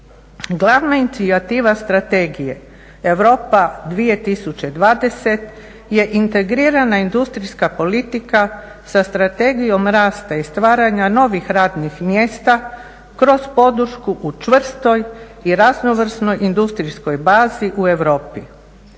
Glavna inicijativa Strategije Europa 2020. je integrirana industrijska politika sa Strategijom rasta i stvaranja novih radnih mjesta kroz podršku u čvrstoj i raznovrsnoj industrijskoj bazi u Europi.